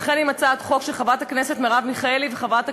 וכן עם הצעת חוק של חברת הכנסת מרב מיכאלי וחברת הכנסת,